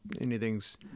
anything's